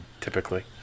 Typically